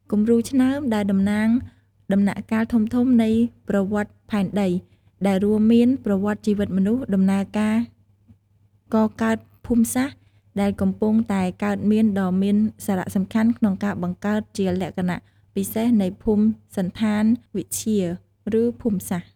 គំរូឆ្នើមដែលតំណាងដំណាក់កាលធំៗនៃប្រវត្តិផែនដីដែលរួមមានប្រវត្តិជីវិតមនុស្ស ដំណើរការកកើតភូមិសាស្រ្តដែលកំពុងតែកើតមានដ៏មានសារៈសំខាន់ក្នុងការបង្កើតជាលក្ខណពិសេសនៃភូមិសណ្ឋានវិទ្យា ឬភូមិសាស្រ្ត។